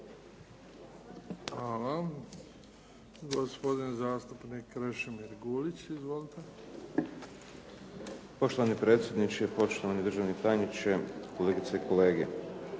Hvala. Gospodin zastupnik Krešimir Gulić. Izvolite. **Gulić, Krešimir (HDZ)** Poštovani predsjedniče, poštovani državni tajniče, kolegice i kolege.